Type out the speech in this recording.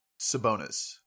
Sabonis